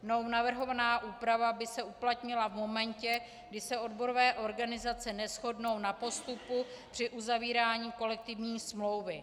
Mnou navrhovaná úprava by se uplatnila v momentě, kdy se odborové organizace neshodnou na postupu při uzavírání kolektivní smlouvy.